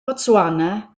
botswana